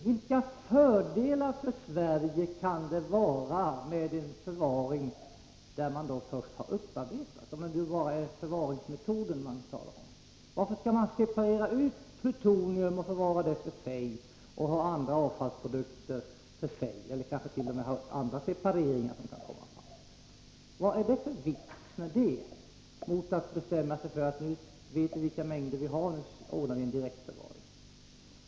Vilka fördelar för Sverige kan det vara med en förvaring sedan man först har upparbetat, om det nu bara är förvaringsmetoden man talar om? Varför skall man separera ut plutonium och förvara det för sig och andra avfallsprodukter för sig eller kanske t.o.m. göra andra separeringar? Vad är det för vits med det? Nu vet vi vilka mängder vi har. Varför inte ordna en direktförvaring?